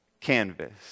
canvas